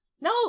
No